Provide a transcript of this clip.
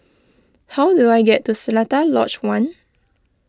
how do I get to Seletar Lodge one